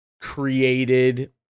created